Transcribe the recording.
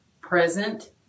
present